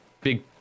Big